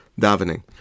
davening